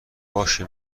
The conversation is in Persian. باشه